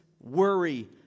worry